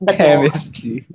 chemistry